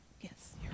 Yes